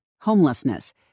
homelessness